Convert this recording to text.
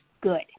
good